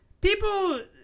people